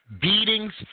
beatings